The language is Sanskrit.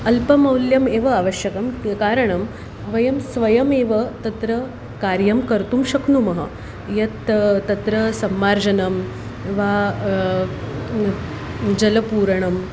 अल्पमौल्यम् एव आवश्यकं कारणं वयं स्वयमेव तत्र कार्यं कर्तुं शक्नुमः यत् तत्र सम्मार्जनं वा जलपूरणं